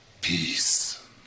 peace